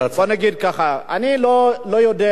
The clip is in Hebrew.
בוא נגיד כך: אני לא יודע,